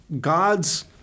God's